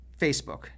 Facebook